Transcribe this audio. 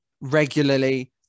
regularly